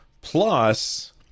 plus